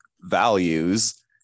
values